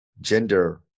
gender